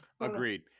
Agreed